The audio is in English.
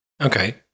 okay